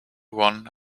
one